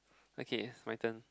okay my turn